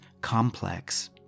complex